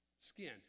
Skin